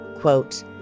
quote